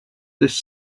this